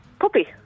Puppy